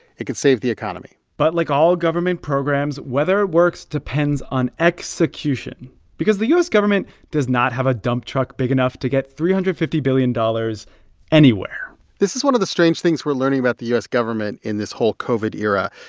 it could save the economy but like all government programs, whether it works depends on execution because the u s. government does not have a dump truck big enough to get three hundred and fifty billion dollars anywhere this is one of the strange things we're learning about the u s. government in this whole covid era.